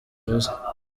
avuze